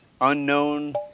unknown